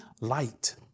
light